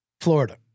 Florida